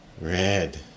Red